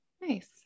Nice